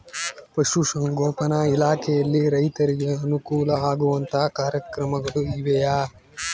ಪಶುಸಂಗೋಪನಾ ಇಲಾಖೆಯಲ್ಲಿ ರೈತರಿಗೆ ಅನುಕೂಲ ಆಗುವಂತಹ ಕಾರ್ಯಕ್ರಮಗಳು ಇವೆಯಾ?